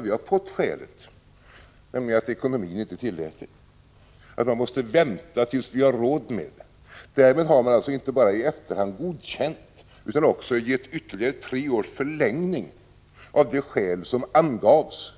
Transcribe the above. Vi har fått skälet, nämligen att ekonomin inte tillät detta, man måste vänta tills vi har råd med det. Därmed har ni inte bara i efterhand godkänt utan också beslutat om en förlängning med ytterligare tre år när det gäller det skäl som angavs